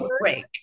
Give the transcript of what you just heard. break